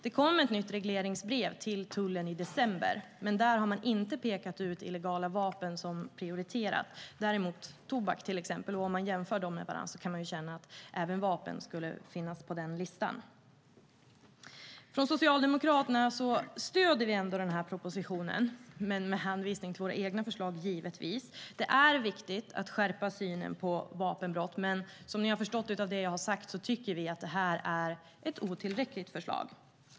Det kom ett nytt regleringsbrev till tullen i december, men där pekas inte illegala vapen ut som prioriterat, däremot till exempel tobak. Om man jämför dem med varandra kan man ju känna att även vapen borde finnas på den listan. Från Socialdemokraterna stöder vi ändå propositionen, men givetvis med hänvisning till våra egna förslag. Det är viktigt att skärpa synen på vapenbrott, men som ni har förstått av det jag har sagt tycker vi att det är ett otillräckligt förslag.